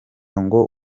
ngo